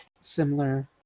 similar